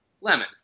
Lemon